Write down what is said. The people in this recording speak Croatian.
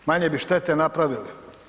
Manje bi štete napravili.